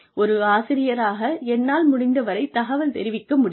ஒரு ஆசிரியராக என்னால் முடிந்தவரைத் தகவல் தெரிவிக்க முடியும்